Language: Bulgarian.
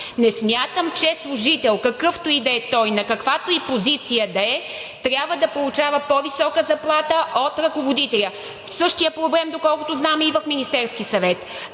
Не смятам, че служител, какъвто и да е той, на каквато и позиция да е, трябва да получава по-висока заплата от ръководителя. Същият проблем, доколкото знам, е и в Министерския съвет.